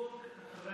לשר איתן גינזבורג.